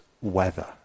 weather